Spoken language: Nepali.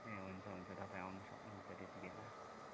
ए हुन्छ हुन्छ तपाईँ आउनु सक्नुहुन्छ त्यतिबेला